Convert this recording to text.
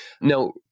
Now